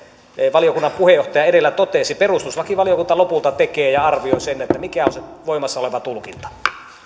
valiokunnan puheenjohtaja edellä totesi perustuslakivaliokunta lopulta tekee ja arvioi sen mikä on se voimassa oleva tulkinta